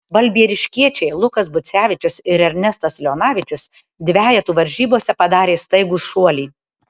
balbieriškiečiai lukas bucevičius ir ernestas leonavičius dvejetų varžybose padarė staigų šuolį